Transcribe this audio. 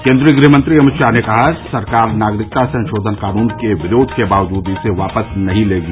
केन्द्रीय गृह मंत्री अमित शाह ने कहा सरकार नागरिकता संशोधन कानून के विरोध के बावजूद इसे वापस नहीं लेगी